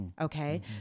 Okay